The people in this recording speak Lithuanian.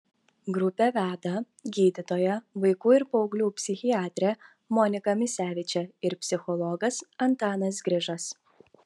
grupę veda gydytoja vaikų ir paauglių psichiatrė monika misevičė ir psichologas antanas grižas